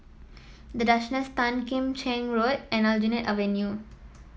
The Duchess Tan Kim Cheng Road and Aljunied Avenue